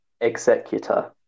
executor